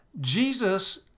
Jesus